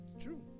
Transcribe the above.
true